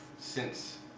since,